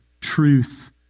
truth